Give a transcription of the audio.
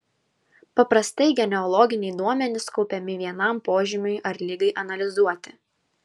paprastai genealoginiai duomenys kaupiami vienam požymiui ar ligai analizuoti